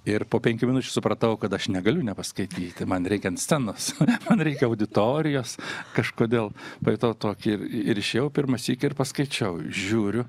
ir po penkių minučių supratau kad aš negaliu nepaskaityti man reikia ant scenos man reikia auditorijos kažkodėl pajutau tokį ir išėjau pirmąsyk ir paskaičiau žiūriu